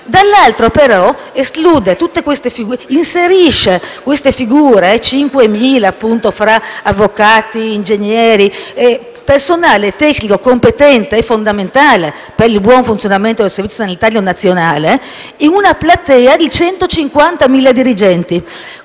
dall'altro lato, però, inserisce queste figure - 5.000 fra avvocati, ingegneri e personale tecnico competente e fondamentale per il buon funzionamento del Servizio sanitario nazionale - in una platea di 150.000 dirigenti,